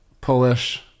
Polish